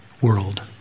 world